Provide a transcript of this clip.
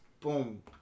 boom